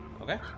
Okay